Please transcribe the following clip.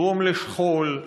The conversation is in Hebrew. תגרום לשכול,